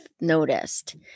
noticed